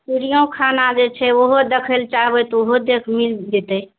चिड़ियोखाना जे छै ओहो देखै लऽ चाहबै तऽ ओहो देखि मिल जेतै